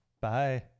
Bye